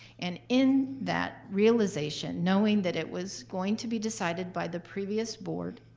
and in that realization, knowing that it was going to be decided by the previous board,